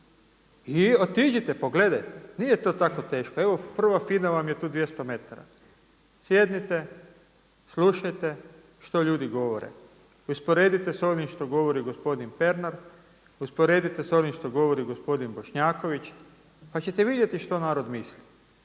I otiđite, pogledajte nije to tako teško. Evo prva FINA vam je tu 200 metara. Sjednite, slušajte što ljudi govore. Usporedite sa onim što govori gospodin Pernar, usporedite sa onim što govori gospodin Bošnjaković pa ćete vidjeti što narod misli.